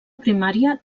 primària